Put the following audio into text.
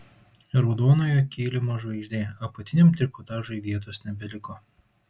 raudonojo kilimo žvaigždė apatiniam trikotažui vietos nebeliko